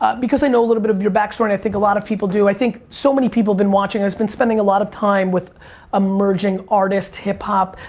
ah because i know a little bit of your backstory, i think a lot of people do, i think so many people have been watching us, been spending a lot of time with emerging artists, hip hop,